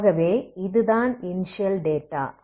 ஆகவே இது தான் இனிஷியல் டேட்டா